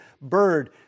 bird